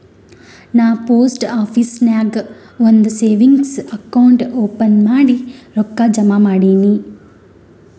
ನಾ post office ನಾಗ್ ಒಂದ್ ಸೇವಿಂಗ್ಸ್ ಅಕೌಂಟ್ ಓಪನ್ ಮಾಡಿ ರೊಕ್ಕಾ ಜಮಾ ಮಾಡಿನಿ